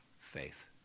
faith